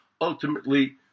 ultimately